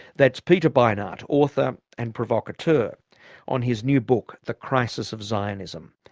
that's peter beinart, author and provocateur on his new book the crisis of zionism.